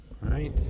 right